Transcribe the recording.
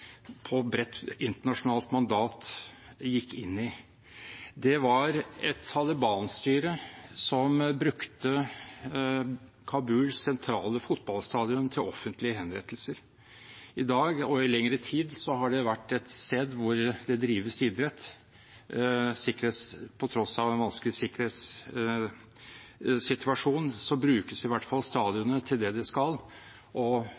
på bredt internasjonalt mandat, gikk inn i. Det var et Taliban-styre som brukte Kabuls sentrale fotballstadion til offentlige henrettelser. I dag og i lengre tid har det vært et sted hvor det drives idrett. På tross av en vanskelig sikkerhetssituasjon brukes i hvert fall stadionet til det det skal, og